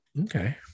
Okay